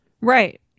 right